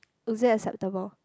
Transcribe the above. is it acceptable